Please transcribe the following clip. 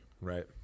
Right